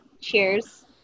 cheers